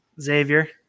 Xavier